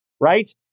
right